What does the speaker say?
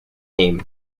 team